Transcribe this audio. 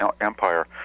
Empire